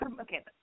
okay